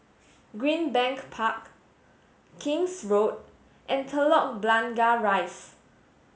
Greenbank Park King's Road and Telok Blangah Rise